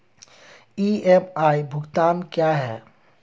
EMI भुगतान क्या है?